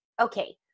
okay